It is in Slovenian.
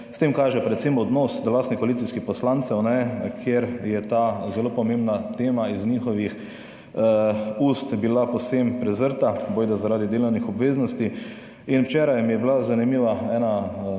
s tem kaže predvsem odnos do lastnih koalicijskih poslancev, kjer je ta zelo pomembna tema iz njihovih ust bila povsem prezrta, bojda zaradi delovnih obveznosti. In včeraj mi je bila zanimiva ena